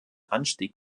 anstieg